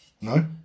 No